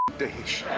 dish.